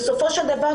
בסופו של דבר,